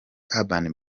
urban